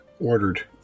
ordered